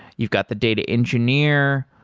you've got the data engineer.